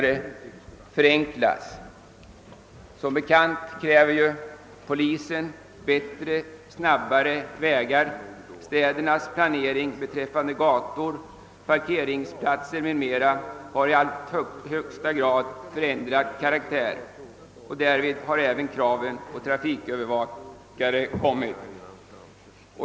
Som bekant kräver bilismen bättre och snabbare vägar. Städernas planering beträffande gator, parkeringsplatser m.m. har i högsta grad förändrat karaktär. Därigenom har även behovet av trafikövervakare ökat.